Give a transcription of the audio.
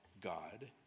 God